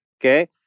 Okay